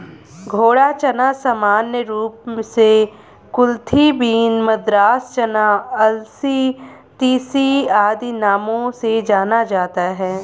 घोड़ा चना सामान्य रूप से कुलथी बीन, मद्रास चना, अलसी, तीसी आदि नामों से जाना जाता है